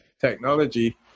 technology